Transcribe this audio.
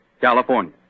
California